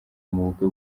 mubukwe